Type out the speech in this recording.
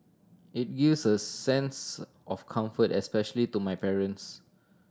it gives a sense of comfort especially to my parents